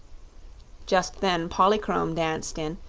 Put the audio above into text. just then polychrome danced in,